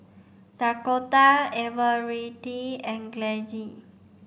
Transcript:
Dakoda Everette and